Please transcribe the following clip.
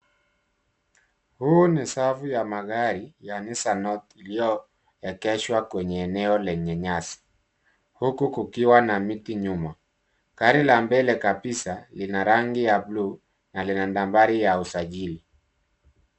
Huu ni safu ya magari ya Nisaani Note iliyoegeshwa kwenye eneo lenye nyasi huku kukiwa na miti nyuma. Gari ya mbele kabisa lina rangi ya bluu na lina nambari ya usajili.